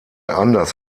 anders